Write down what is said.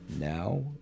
Now